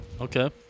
Okay